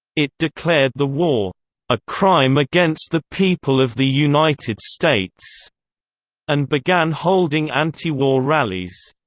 it declared the war a crime against the people of the united states and began holding anti-war rallies.